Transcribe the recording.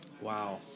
Wow